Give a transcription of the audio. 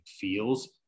feels